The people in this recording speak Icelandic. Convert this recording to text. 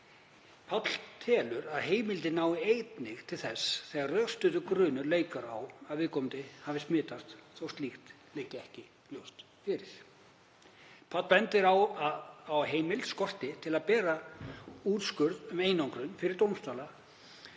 Páll telur að heimildin nái einnig til þess þegar rökstuddur grunur leikur á að viðkomandi hafi smitast þó að slíkt liggi ekki ljóst fyrir. Páll bendir á að heimild skorti til að bera úrskurð um einangrun undir dómstóla